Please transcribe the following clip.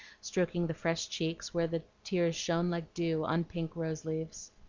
stroking the fresh cheeks, where the tears shone like dew on pink rose-leaves.